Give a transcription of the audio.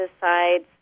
decides